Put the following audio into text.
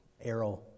arrow